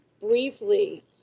briefly